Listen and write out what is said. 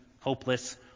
hopeless